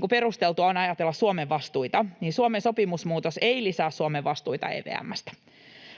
kuin perusteltua on ajatella, Suomen vastuita, niin Suomen sopimusmuutos ei lisää Suomen vastuita EVM:stä.